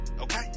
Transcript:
okay